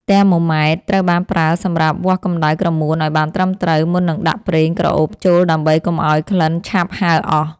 ទែម៉ូម៉ែត្រ ត្រូវបានប្រើសម្រាប់វាស់កម្ដៅក្រមួនឱ្យបានត្រឹមត្រូវ មុននឹងដាក់ប្រេងក្រអូបចូលដើម្បីកុំឱ្យក្លិនឆាប់ហើរអស់។